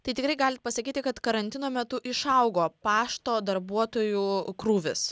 tai tikrai galit pasakyti kad karantino metu išaugo pašto darbuotojų krūvis